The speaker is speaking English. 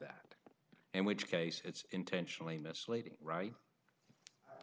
that and which case it's intentionally misleading right